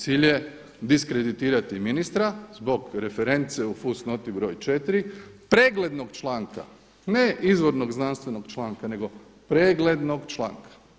Cilj je diskreditirati ministra zbog reference u fusnoti broj 4. preglednog članka, ne izvornog znanstvenog članka, nego preglednog članka.